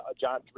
John